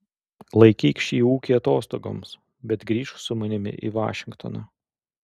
laikyk šį ūkį atostogoms bet grįžk su manimi į vašingtoną